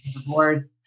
divorce